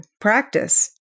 practice